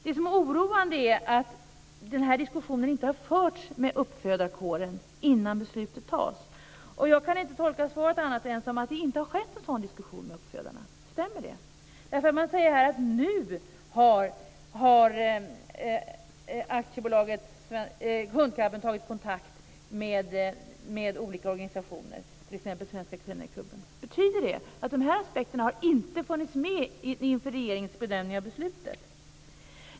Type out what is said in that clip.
Det som är oroande är att den här diskussionen inte har förts med uppfödarkåren innan beslutet fattats. Jag kan inte tolka svaret på annat sätt än att det inte har varit en sådan diskussion med uppfödarna. Stämmer det? Man säger att nu har Aktiebolaget Hundkapplöpning tagit kontakt med olika organisationer, t.ex. Svenska Kennelklubben. Betyder det att de här aspekterna inte har funnits med i regeringens bedömning inför beslutet?